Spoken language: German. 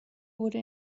wurde